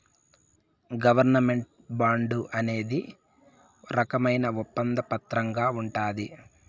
government bond అనేది రకమైన ఒప్పంద పత్రంగా ఉంటది